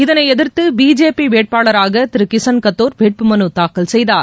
இதனைஎதிர்த்து BJP வேட்பாளராக கிஸன் கத்தோர் வேட்புமனு தாக்கல் செய்தார்